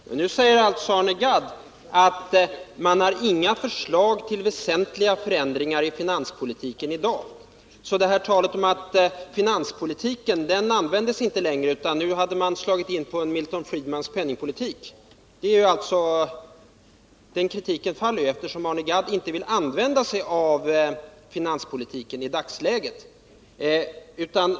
Fru talman! Nu säger alltså Arne Gadd att man inte har några förslag till väsentliga förändringar i finanspolitiken i dag. Tidigare har man talat om att finanspolitiken inte används längre, utan att vi nu slagit in på Milton Friedmans penningpolitik. Men den kritiken faller, eftersom Arne Gadd inte vill använda sig av finanspolitiken i dagsläget.